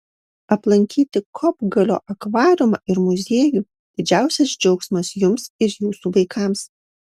aplankyti kopgalio akvariumą ir muziejų didžiausias džiaugsmas jums ir jūsų vaikams